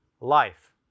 life